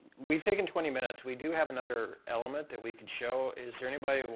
we've taken twenty minutes. we do have another element that we can show. is there anybody,